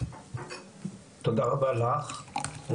תודה רבה לך,